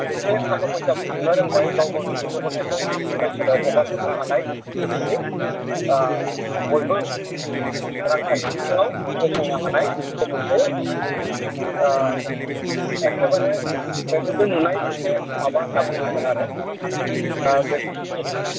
एसे थाखा फैसा बुथुमनो रोंबाय गाव गावनि गथ' गथाइखौ फरायसालियाव हगार हरनो हानाय बेखिनि बयबो रांखान्थि बिथिङाव गसंनो हानाय बे मोनसे एक्केबारे मेगनजों नुनाय मोनसे माबा होनना बुंनांगोन आरो दा बेखौ